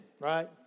right